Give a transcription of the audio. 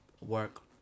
Work